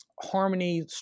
harmony